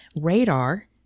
radar